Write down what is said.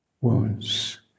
Wounds